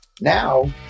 now